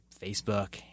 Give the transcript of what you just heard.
Facebook